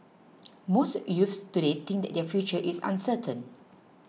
most youths today think their future is uncertain